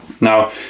Now